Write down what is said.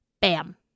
bam